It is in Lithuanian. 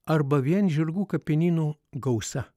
arba vien žirgų kapinynų gausa